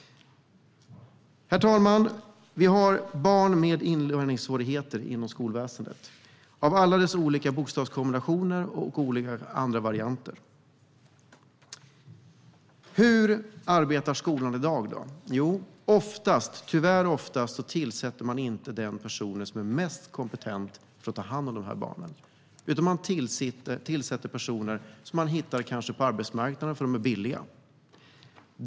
Herr talman! Inom skolväsendet finns barn med inlärningssvårigheter. Det är alla dessa olika bokstavskombinationer och olika andra varianter. Hur arbetar skolan med dem i dag? Jo, oftast - tyvärr oftast - tillsätter man inte den person som är mest kompetent för att ta hand om de här barnen. Man tillsätter personer som man hittar på arbetsmarknaden, kanske för att det är billig arbetskraft.